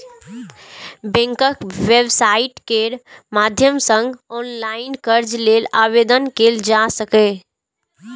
बैंकक वेबसाइट केर माध्यम सं ऑनलाइन कर्ज लेल आवेदन कैल जा सकैए